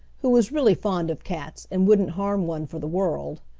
who was really fond of cats and wouldn't harm one for the world.